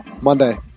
Monday